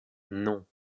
non